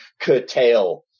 curtail